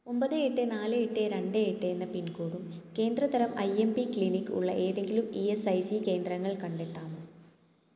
ഒമ്പത് എട്ട് നാല് എട്ട് രണ്ട് എട്ട് എന്ന പിൻകോഡും കേന്ദ്രതരം ഐ എം പി ക്ലിനിക് ഉള്ള ഏതെങ്കിലും ഇ എസ് ഐ സി കേന്ദ്രങ്ങൾ കണ്ടെത്താമോ